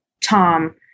Tom